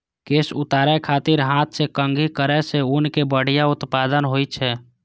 केश उतारै खातिर हाथ सं कंघी करै सं ऊनक बढ़िया उत्पादन होइ छै